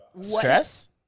stress